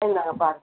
இந்தாங்க பாருங்கள்